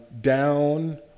down